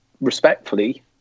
respectfully